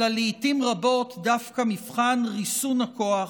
אלא לעיתים רבות דווקא מבחן ריסון הכוח,